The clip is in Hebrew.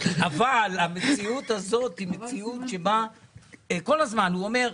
אבל המציאות הזאת היא מציאות שבה הוא כל הזמן אומר: